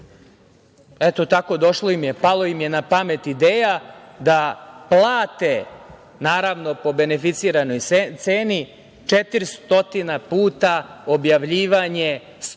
eto tako, došlo im je, palo im je na pamet ideja da plate, naravno po beneficiranoj ceni 400 puta objavljivanje spotova